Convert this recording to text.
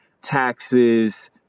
taxes